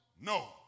No